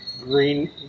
Green